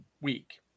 week